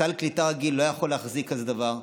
סל קליטה רגיל לא יכול להחזיק כזה דבר.